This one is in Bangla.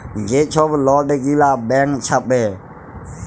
যে ছব লট গিলা ব্যাংক ছাপে